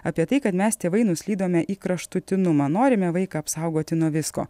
apie tai kad mes tėvai nuslydome į kraštutinumą norime vaiką apsaugoti nuo visko